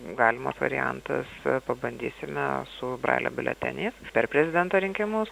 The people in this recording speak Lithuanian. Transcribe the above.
galimas variantas pabandysime su brailio biuleteniais per prezidento rinkimus